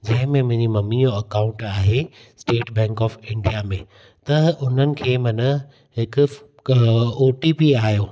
जंहिं में मुंहिंजी मम्मीअ जो अकाउंट आहे स्टेट बैंक ऑफ़ इंडिया में त उन्हनि खे माना हिकु ओ टी पी आहियो